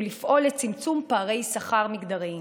ולפעול לצמצום פערי שכר מגדריים.